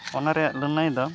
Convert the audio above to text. ᱚᱱᱟ ᱨᱮᱭᱟᱜ ᱞᱟᱹᱱᱟᱹᱭᱫᱚ